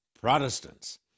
Protestants